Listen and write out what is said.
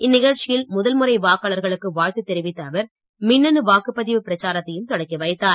இந்நிகழ்ச்சியில் முதல் முறை வாக்காளர்களுக்கு வாழ்த்து தெரிவித்த அவர் மின்னணு வாக்குபதிவு பிரச்சாரத்தையும் தொடக்கி வைத்தார்